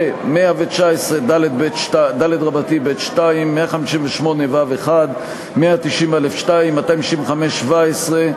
82, 119ד(ב)(2), 158(ו)1, 190(א)(2), 265(17),